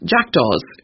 Jackdaws